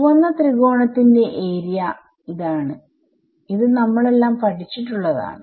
ചുവന്ന ത്രികോണത്തിന്റെ ഏരിയ ഇത് നമ്മളെല്ലാം പഠിച്ചിട്ടുള്ളതാണ്